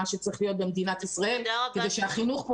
מה שצריך להיות במדינת ישראל כדי שהחינוך פה